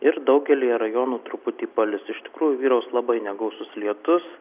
ir daugelyje rajonų truputį palis iš tikrųjų vyraus labai negausus lietus